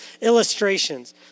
illustrations